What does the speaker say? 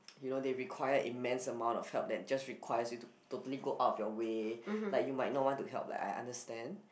you know they require immense of help that just requires you to totally go out of your way like you might not want to help like I understand